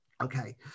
Okay